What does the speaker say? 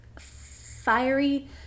fiery